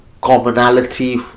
commonality